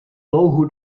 louhu